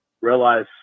realize